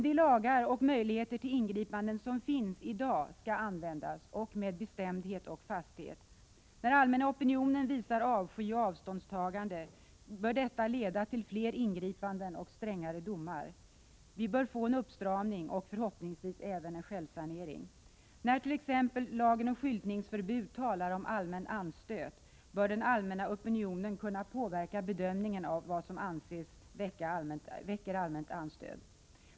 De lagar och möjligheter till ingripanden som finns i dag skall användas med bestämdhet och fasthet. När allmänna opinionen visar avsky och avståndstagande bör detta leda till fler ingripanden och strängare domar. Vi bör få en uppstramning och förhoppningsvis även en självsanering. När det t.ex. i lagen om skyltningsförbud talas om allmän anstöt bör den allmänna opinionen kunna påverka bedömningen av vad som anses väcka allmän anstöt.